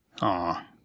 Aw